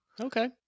Okay